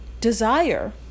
desire